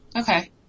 Okay